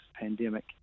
pandemic